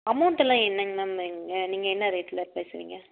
அமௌண்ட்டெல்லாம் என்னங்க மேம் நீங்கள் என்ன ரேட்டில் பேசுவீங்க